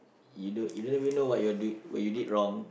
you don't you don't even know what you're doing what you did wrong